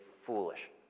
foolish